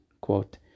quote